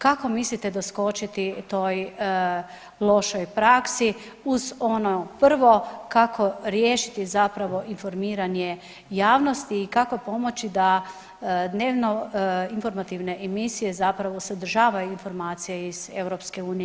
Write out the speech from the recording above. Kako mislite doskočiti toj lošoj praksi uz ono prvo kako riješiti zapravo informiranje javnosti i kako pomoći da dnevno informativne emisije zapravo sadržavaju informacije iz EU?